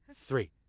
three